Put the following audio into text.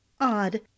Odd